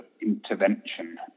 intervention